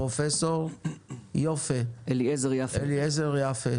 פרופ' אליעזר יפה,